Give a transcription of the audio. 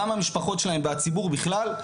גם המשפחות שלהם והציבור בכלל,